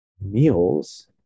meals